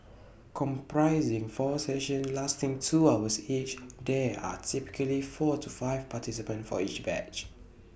comprising four sessions lasting two hours each there are typically four to five participants for each batch